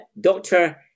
Doctor